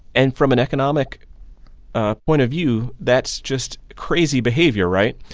and from an economic ah point of view, that's just crazy behavior, right?